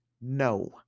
No